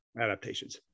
Adaptations